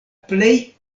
plej